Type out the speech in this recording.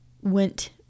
went